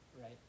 right